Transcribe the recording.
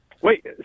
Wait